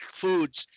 foods